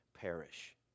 perish